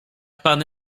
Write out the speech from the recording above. pan